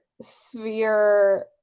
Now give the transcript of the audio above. Sphere